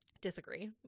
Disagree